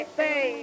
say